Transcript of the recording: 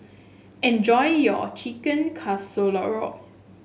enjoy your Chicken Casserole